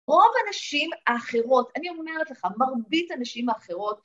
רוב הנשים האחרות, אני אומרת לך, מרבית הנשים האחרות